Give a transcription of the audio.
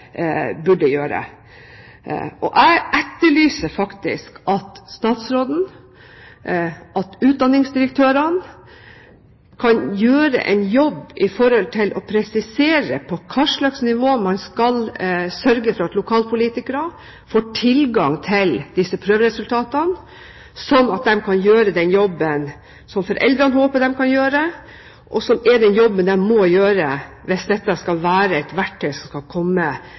burde gjøres. Jeg etterlyser faktisk at statsråden og utdanningsdirektørene gjør en jobb ved å presisere på hvilket nivå man skal sørge for at lokalpolitikerne får tilgang til disse prøveresultatene, slik at de kan gjøre den jobben som foreldrene håper de kan gjøre, og som er den jobben de må gjøre hvis dette skal være et verktøy som skal komme